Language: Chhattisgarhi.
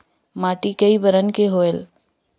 माटी कई बरन के होयल?